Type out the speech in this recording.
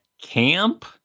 camp